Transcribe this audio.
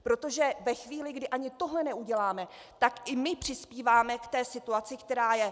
Protože ve chvíli, kdy ani tohle neuděláme, tak i my přispíváme k té situaci, která je.